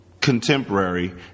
contemporary